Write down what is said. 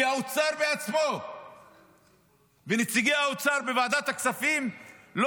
כי האוצר בעצמו ונציגי האוצר בוועדת הכספים לא